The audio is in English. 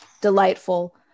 delightful